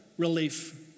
Relief